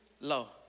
low